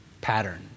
pattern